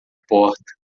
porta